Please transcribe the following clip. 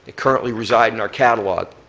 currently reside in our catalog.